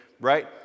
right